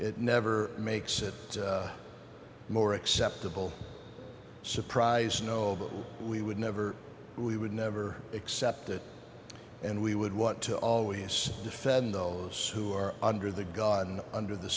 it never makes it more acceptable surprise no we would never we would never accept it and we would want to always defend those who are under the gun under the